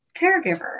caregiver